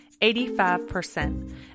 85%